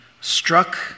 struck